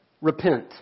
Repent